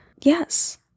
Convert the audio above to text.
yes